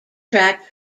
track